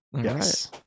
Yes